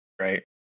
right